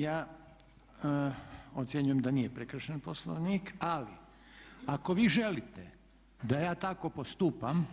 Ja ocjenjujem da nije prekršen Poslovnik, ali ako vi želite da ja tako postupam